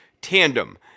tandem